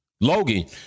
Logan